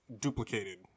duplicated